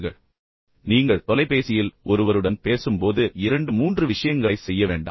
இப்போது குறிப்பாக நீங்கள் தொலைபேசியில் ஒருவருடன் பேச வேண்டியிருக்கும் போது இரண்டு மூன்று விஷயங்களைச் செய்ய வேண்டாம்